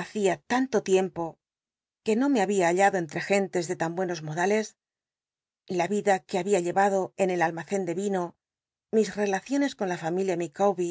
hacia tanto tiempo que no me había juc hall do cntrc gentes de tan buenos modales la yicla que h bia llcvaclo en el al macen de vino mis relaciones con la fami lia micawbc